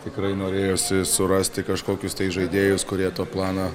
tikrai norėjosi surasti kažkokius tai žaidėjus kurie to plano